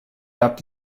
gab